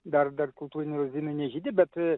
dar dar kultūriniai lazdynai nežydi bet